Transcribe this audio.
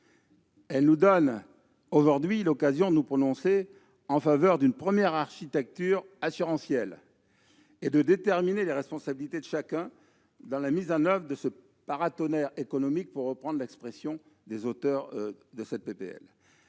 Elle nous donne aujourd'hui l'occasion de nous prononcer en faveur d'une première « architecture assurantielle » et de déterminer les responsabilités de chacun dans la mise en oeuvre de ce « paratonnerre économique », pour reprendre la formule des auteurs du texte.